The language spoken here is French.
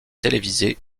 télévisées